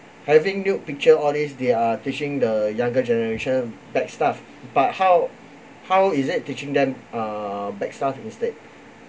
having nude pictures all these they are teaching the younger generation bad stuff but how how is it teaching them err bad stuff instead